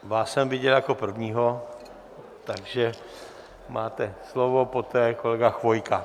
Vás jsem viděl jako prvního, takže máte slovo, poté kolega Chvojka.